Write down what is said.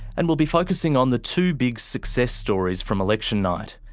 and we'll be focusing on the two big success stories from election night,